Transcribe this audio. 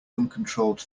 uncontrolled